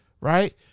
right